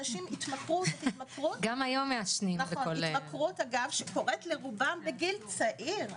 התמכרות שקורית לרובם בגיל צעיר,